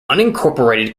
unincorporated